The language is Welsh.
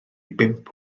bump